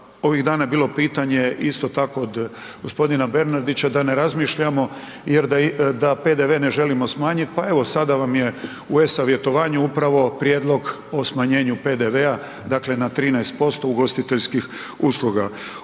ovih dana je bilo pitanje isto tako od gospodina Bernardića da ne razmišljamo da PDV ne želimo smanjiti, pa evo sada vam je u e-Savjetovanju upravo prijedlog o smanjenju PDV-a na 13% ugostiteljskih usluga.